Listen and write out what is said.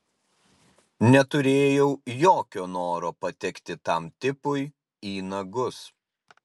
neturėjau jokio noro patekti tam tipui į nagus